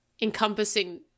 encompassing